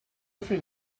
think